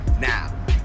now